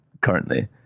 currently